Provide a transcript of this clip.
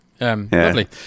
Lovely